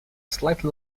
slightly